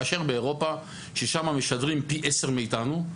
כאשר באירופה ששם משדרים פי עשר מאיתנו,